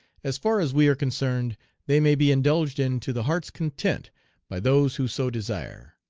as far as we are concerned they may be indulged in to the heart's content by those who so desire.